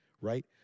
right